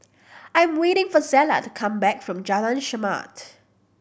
I am waiting for Zella to come back from Jalan Chermat